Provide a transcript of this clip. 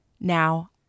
Now